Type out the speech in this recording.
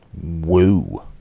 Woo